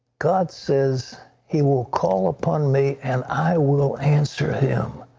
god says he will call upon me and i will answer him.